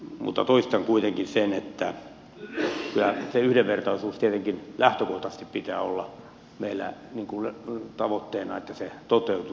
mutta toistan kuitenkin sen että kyllä sen yhdenvertaisuuden tietenkin lähtökohtaisesti pitää olla meillä tavoitteena että se toteutuu